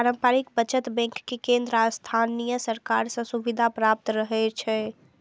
पारस्परिक बचत बैंक कें केंद्र आ स्थानीय सरकार सं सुविधा प्राप्त रहै छै